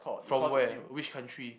from where which country